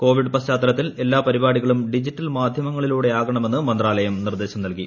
Covid പശ്ചാത്തലത്തിൽ എല്ലാ പരിപാടികളും ഡിജിറ്റൽ മാധ്യമങ്ങളിലൂടെയാകണമെന്ന് മന്ത്രാലയം നിർദ്ദേശം നൽകി